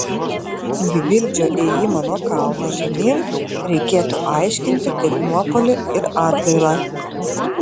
gvildžio ėjimą nuo kalno žemyn reikėtų aiškinti kaip nuopuolį ir atgailą